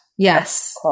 Yes